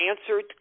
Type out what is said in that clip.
answered